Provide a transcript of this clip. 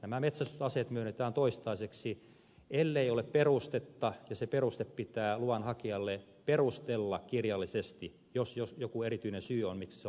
nämä metsästysaseet myönnetään toistaiseksi ellei ole perustetta muuhun ja se peruste pitää luvanhakijalle perustella kirjallisesti jos joku erityinen syy on miksi se on määräaikainen